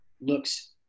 looks